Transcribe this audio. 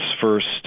first